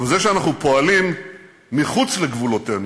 אבל זה שאנחנו פועלים מחוץ לגבולותינו